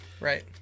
Right